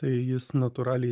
tai jis natūraliai